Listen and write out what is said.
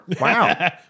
wow